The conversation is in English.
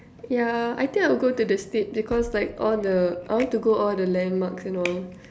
ya I think I'll go to the States because like all the I want to go all the landmarks and all